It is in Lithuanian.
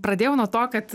pradėjau nuo to kad